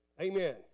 Amen